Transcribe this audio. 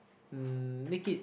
um make it